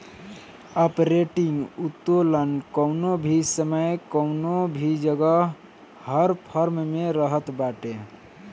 operating उत्तोलन कवनो भी समय कवनो भी जगह हर फर्म में रहत बाटे